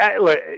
look